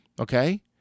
Okay